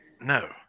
No